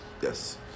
yes